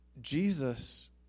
Jesus